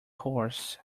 horse